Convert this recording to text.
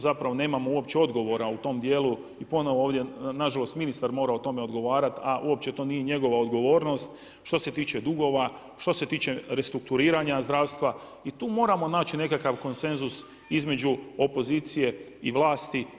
Zapravo nemamo uopće odgovora o tom dijelu i ponovno ovdje na žalost ministar moga o tome odgovarati, a uopće to nije njegova odgovornost što se tiče dugova, što se tiče restrukturiranja zdravstva i tu moramo naći nekakav konsenzus između opozicije i vlasti.